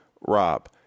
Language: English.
Rob